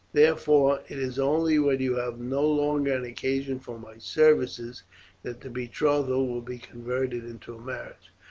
therefore it is only when you have no longer an occasion for my services that the betrothal will be converted into marriage.